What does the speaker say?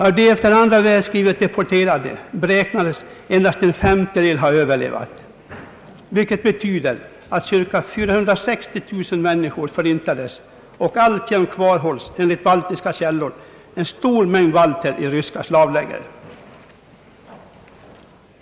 Av de efter andra världskriget deporterade beräknas endast en femtedel ha överlevt, vilket betyder att cirka 460 000 människor har förintats, och alltjämt kvarhålles, enligt baltiska källor, en stor mängd balter i ryska slavläger.